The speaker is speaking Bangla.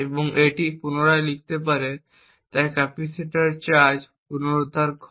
এবং এটি পুনরায় লিখতে পারে তাই ক্যাপাসিটরের চার্জ পুনরুদ্ধার করে